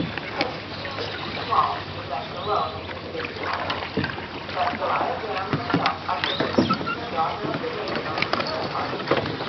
because he seemed too small to be left alone in such a big palace but jellia jamb herself ushered the beautiful daughter of the rainbow to her apartments,